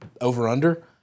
Over-under